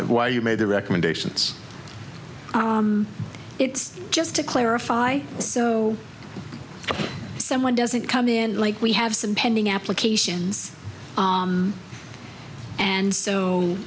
of why you made the recommendations it's just to clarify so someone doesn't come in like we have some pending applications and so